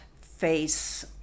face